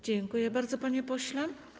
Dziękuję bardzo, panie pośle.